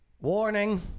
Warning